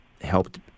helped